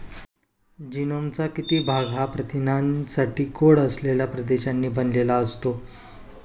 जीनोमचा किती भाग हा प्रथिनांसाठी कोड असलेल्या प्रदेशांनी बनलेला असतो?